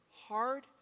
hard